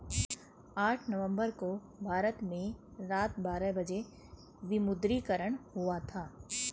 आठ नवम्बर को भारत में रात बारह बजे विमुद्रीकरण हुआ था